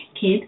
Kid